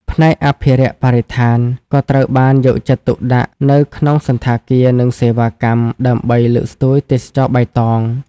ផ្នែកអភិរក្សបរិស្ថាន ក៏ត្រូវបានយកចិត្តទុកដាក់នៅក្នុងសណ្ឋាគារ និងសេវាកម្ម ដើម្បីលើកស្ទួយទេសចរណ៍បៃតង។